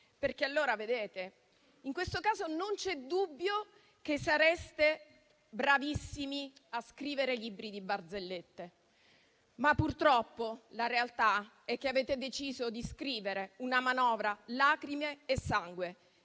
il carrello tricolore. In questo caso, non c'è dubbio che sareste bravissimi a scrivere libri di barzellette. La realtà, purtroppo, è che avete deciso di scrivere una manovra lacrime e sangue